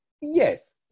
Yes